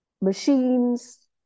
machines